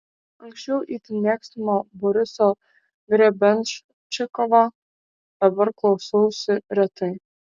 anksčiau itin mėgstamo boriso grebenščikovo dabar klausausi retai